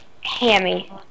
Hammy